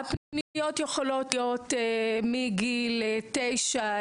הפניות יכולות להיות מגיל 9,